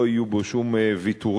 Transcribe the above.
ולא יהיו בו שום ויתורים,